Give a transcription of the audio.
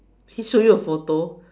he showed you a photo